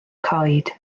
coed